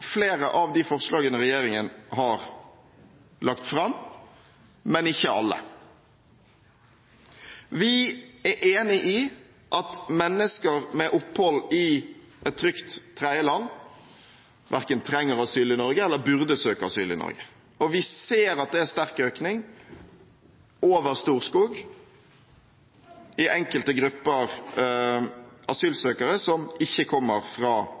flere av forslagene regjeringen har lagt fram, men ikke alle. Vi er enig i at mennesker med opphold i et trygt tredjeland verken trenger asyl i Norge eller burde søke asyl i Norge. Vi ser at det er sterk økning over Storskog av enkelte grupper asylsøkere som ikke kommer fra